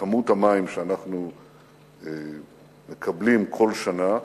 בכמות המים שאנחנו מקבלים כל שנה,